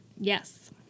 Yes